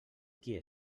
qui